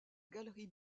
galerie